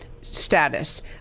status